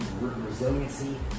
resiliency